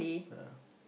ya